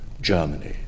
Germany